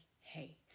hey